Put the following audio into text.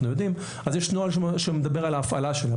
אז יש נוהל שמדבר על ההפעלה שלה.